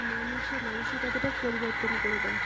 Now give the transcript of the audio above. মানুষের মানসিকতাটা পরিবর্তন করে দেয়